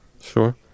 Sure